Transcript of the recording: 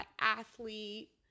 athlete